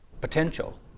potential